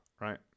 right